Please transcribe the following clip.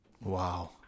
Wow